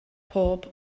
pob